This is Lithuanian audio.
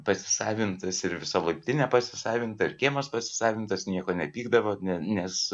pasisavintas ir visa laiptinė pasisavinta ir kiemas pasisavintas nieko nepykdavo nes